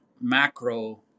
macro